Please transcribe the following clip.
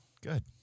Good